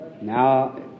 Now